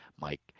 mike